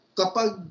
kapag